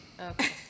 Okay